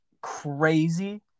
crazy